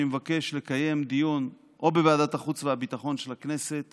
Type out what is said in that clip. אני מבקש לקיים דיון או בוועדת החוץ והביטחון של הכנסת